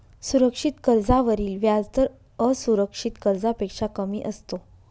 सुरक्षित कर्जावरील व्याजदर असुरक्षित कर्जापेक्षा कमी असतो